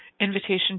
invitation